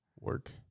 Work